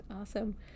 Awesome